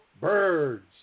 birds